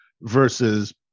versus